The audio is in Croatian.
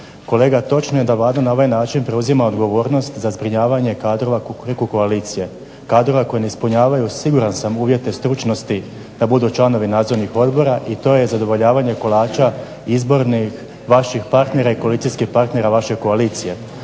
Kolega, točno je da Vlada na ovaj način preuzima odgovornost za zbrinjavanje kadrova "kukuriku koalicije". Kadrova koji ne ispunjavaju, siguran sam, uvjete stručnosti da budu članovi nadzornih odbora i to je zadovoljavanje kolača izbornih vaših partnera i koalicijskih partnera vaše koalicije.